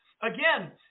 Again